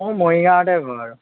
মোৰ মৰিগাঁৱতে ঘৰ